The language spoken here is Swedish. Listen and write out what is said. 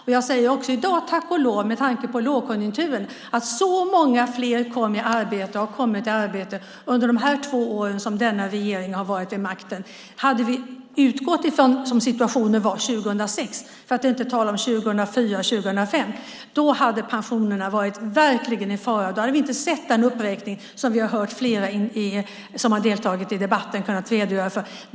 Med tanke på lågkonjunkturen säger jag tack och lov för att så många fler har kommit i arbete under de två år som regeringen har varit vid makten. Hade vi utgått från situationen som var 2004-2006 hade pensionerna varit i fara. Då hade vi inte sett den uppräkning som vi har hört flera i debatten redogöra för.